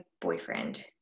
boyfriend